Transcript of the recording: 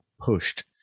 pushed